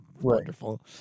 wonderful